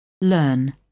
Learn